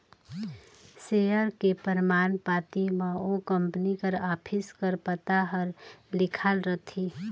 share के परमान पाती म ओ कंपनी कर ऑफिस कर पता हर लिखाल रहथे